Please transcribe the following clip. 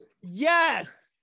yes